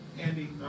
Andy